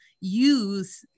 use